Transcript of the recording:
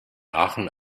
aachen